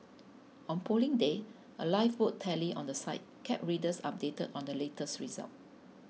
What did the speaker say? on Polling Day a live vote tally on the site kept readers updated on the latest results